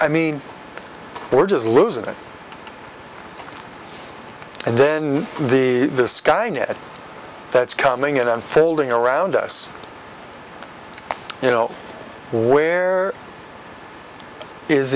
i mean we're just losing it and then the sky net that's coming in unfolding around us you know where is